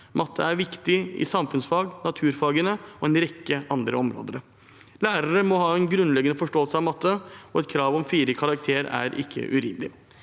Matte er viktig i samfunnsfag, naturfagene og på en rekke andre områder. Lærere må ha en grunnleggende forståelse av matte, og et krav om fire i karakter er ikke urimelig.